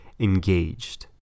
engaged